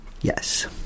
Yes